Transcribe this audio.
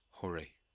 hurry